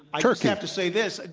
i just have to say this,